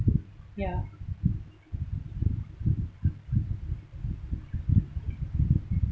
ya